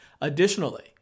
Additionally